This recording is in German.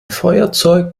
feuerzeug